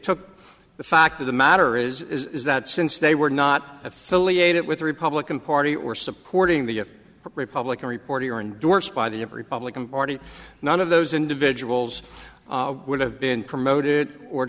took the fact of the matter is that since they were not affiliated with the republican party or supporting the republican reporting or endorsed by the republican party none of those individuals would have been promoted or